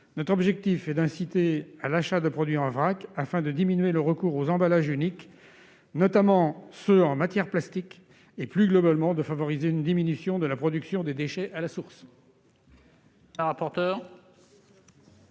L'objectif est d'inciter à l'achat de produits en vrac, afin de diminuer le recours aux emballages uniques, notamment ceux en matière plastique, et, plus globalement, de favoriser une diminution de la production de déchets à la source.